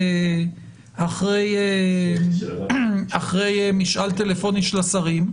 אחרי משאל טלפוני של השרים,